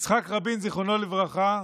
יצחק רבין, זיכרונו לברכה,